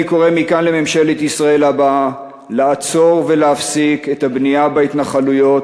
אני קורא מכאן לממשלת הבאה לעצור ולהפסיק את הבנייה בהתנחלויות